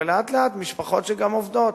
ולאט-לאט משפחות שגם עובדות